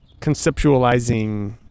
conceptualizing